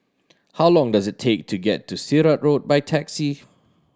how long does it take to get to Sirat Road by taxi